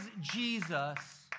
Jesus